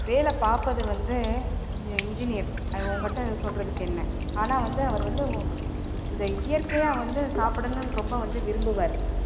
வேலை பார்ப்பது வந்து இன்ஜினியர் அது உங்கள்ட்ட சொல்கிறதுக்கு என்ன ஆனால் வந்து அவர் வந்து இந்த இயற்கையாக வந்து சாப்பிடணும் ரொம்ப வந்து விரும்புவார்